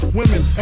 women